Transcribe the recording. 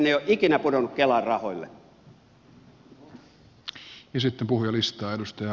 hän ei ole ikinä pudonnut kelan rahoille